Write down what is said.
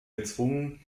gezwungen